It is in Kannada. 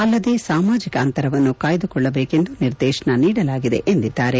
ಅಲ್ಲದೇ ಸಾಮಾಜಿಕ ಅಂತರವನ್ನು ಕಾಯ್ಲುಕೊಳ್ಳಬೇಕೆಂದು ನಿರ್ದೇಶನ ನೀಡಲಾಗಿದೆ ಎಂದರು